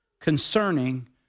concerning